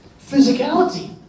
physicality